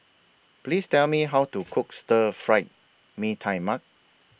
Please Tell Me How to Cook Stir Fried Mee Tai Mak